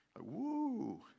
Woo